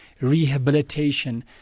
rehabilitation